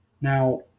Now